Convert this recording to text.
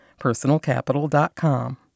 personalcapital.com